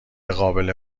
قابل